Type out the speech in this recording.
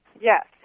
Yes